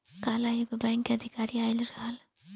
काल्ह एगो बैंक के अधिकारी आइल रहलन